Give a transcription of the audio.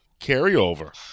Carryover